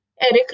Eric